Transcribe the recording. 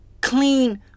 clean